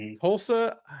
tulsa